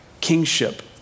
kingship